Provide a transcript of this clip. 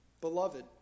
Beloved